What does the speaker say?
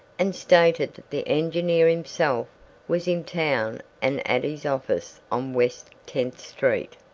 and stated that the engineer himself was in town and at his office on west tenth street.